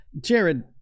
Jared